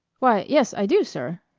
why, yes, i do, sir.